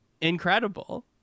incredible